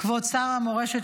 כבוד שר המורשת,